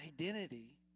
identity